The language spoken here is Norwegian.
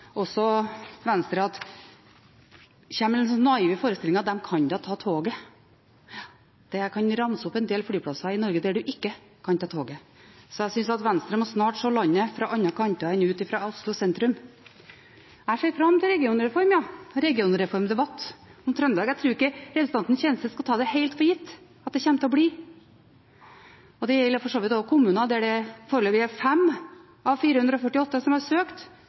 Og så kommer Venstre med litt slike naive forestillinger om at de kan da ta toget. Jeg kan ramse opp en del flyplasser i Norge der en ikke kan ta toget. Jeg synes Venstre snart må se landet fra andre kanter enn ut fra Oslo sentrum. Jeg ser fram til en regionreform, ja, en regionreformdebatt om Trøndelag. Jeg tror ikke representanten Kjenseth skal ta det helt for gitt at det kommer til å bli det. Det gjelder for så vidt også kommuner, der det foreløpig er 5 av 448 som har søkt